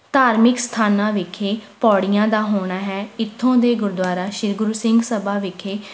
ਧਾਰਮਿਕ ਸਥਾਨਾਂ ਵਿਖੇ ਪੌੜੀਆਂ ਦਾ ਹੋਣਾ ਹੈ ਇੱਥੋਂ ਦੇ ਗੁਰਦੁਆਰਾ ਸ਼੍ਰੀ ਗੁਰੂ ਸਿੰਘ ਸਭਾ ਵਿਖੇ